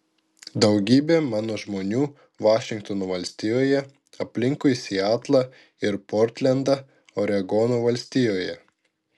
daugybė mano žmonių vašingtono valstijoje aplinkui sietlą ir portlendą oregono valstijoje